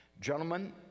gentlemen